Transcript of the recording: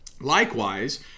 Likewise